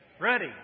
Ready